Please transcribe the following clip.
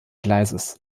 gleises